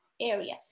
areas